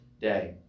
day